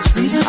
See